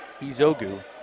Izogu